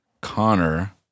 Connor